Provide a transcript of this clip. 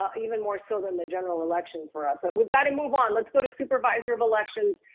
ah even more so than the general election for us. we've gotta move on. let's go to supervisor of elections.